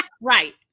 right